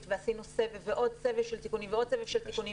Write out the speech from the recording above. ועשינו סבב ועד סבב של תיקונים ועוד סבב של תיקונים.